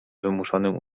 wymuszonym